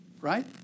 right